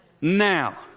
now